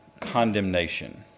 condemnation